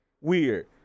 Weird